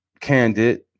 candid